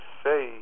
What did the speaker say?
say